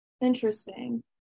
interesting